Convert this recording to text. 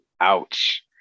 Ouch